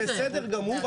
זה בסדר גמור.